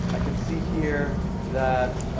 i can see here that